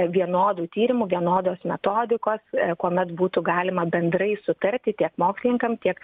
vienodų tyrimų vienodos metodikos kuomet būtų galima bendrai sutarti tiek mokslininkam tiek